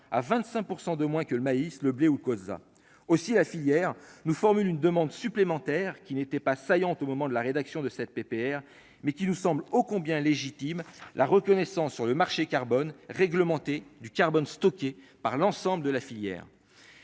100 de moins que le maïs, le blé ou colza aussi la filière nous formule une demande supplémentaire qui n'était pas saillante au moment de la rédaction de cette PPR mais qui nous semble, au combien légitime la reconnaissance sur le marché carbone réglementés du carbone stocké par l'ensemble de la filière,